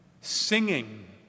singing